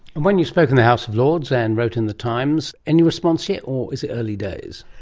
and when you spoke in the house of lords and wrote in the times, any response yet, or is it early days?